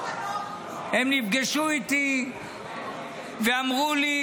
הם נפגשו איתי ואמרו לי: